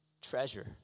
treasure